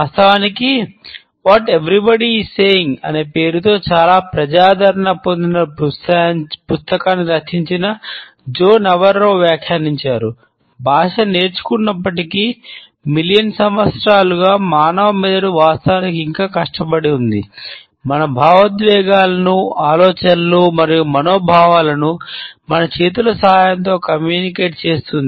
వాస్తవానికి what everybody is saying చేస్తుంది